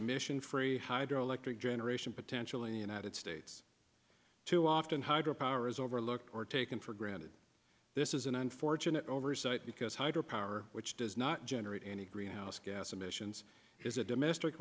emission free hydroelectric generation potential in the united states too often hydro power is overlooked or taken for granted this is an unfortunate oversight because hydro power which does not generate any greenhouse gas emissions is a domestic